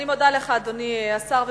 אני מודה לך, אדוני השר.